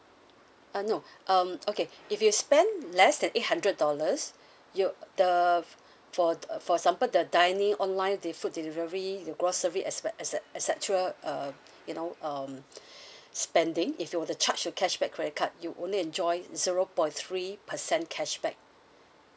uh no um okay if you spend less than eight hundred dollars you the for for uh for example the dining online the food delivery the grocery expe~ et cet~ et cetera uh you know um spending if you were to charge to cashback credit card you only enjoy zero point three percent cashback